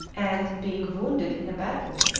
and being wounded in a battle,